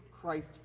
Christ